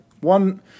One